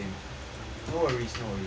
no worries no worries